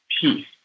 peace